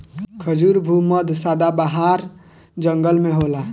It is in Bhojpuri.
खजूर भू मध्य सदाबाहर जंगल में होला